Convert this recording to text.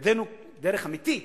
בידינו דרך אמיתית